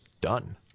done